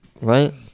Right